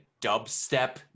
dubstep